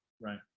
right